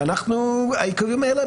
והעיכובים האלה,